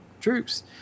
troops